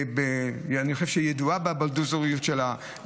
אני חושב שהיא ידועה בבולדוזריות שלה,